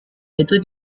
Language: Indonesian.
itu